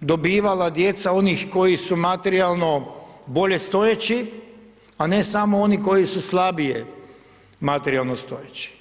dobivala djeca onih koji su materijalno bolje stojeći a ne samo oni koji su slabije materijalno stojeći?